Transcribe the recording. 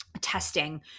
testing